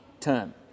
term